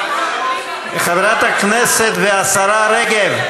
חברת הכנסת והשרה רגב.